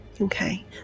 Okay